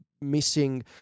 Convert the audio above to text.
missing